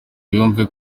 yumve